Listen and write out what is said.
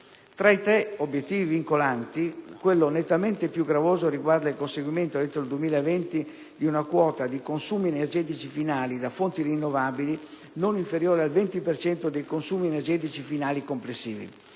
Tra i tre obiettivi vincolanti, quello nettamente più gravoso riguarda il conseguimento entro il 2020 di una quota di consumi energetici finali da fonti rinnovabili non inferiore al 20 cento dei consumi energetici finali complessivi.